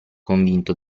convinto